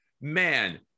man